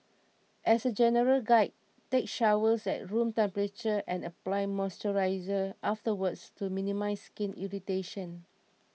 as a general guide take showers at room temperature and apply moisturiser afterwards to minimise skin irritation